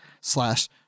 slash